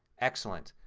excellent.